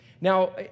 Now